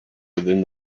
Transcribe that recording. within